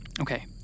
Okay